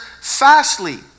fastly